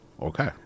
Okay